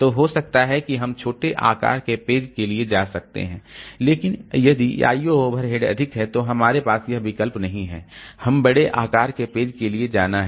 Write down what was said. तो हो सकता है कि हम छोटे आकार के पेज लिए जा सकते हैं लेकिन यदि I O ओवरहेड अधिक है तो हमारे पास यह विकल्प नहीं है कि हमें बड़े आकार के पेज लिए जाना है